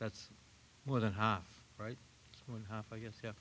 that's more than half right one half i guess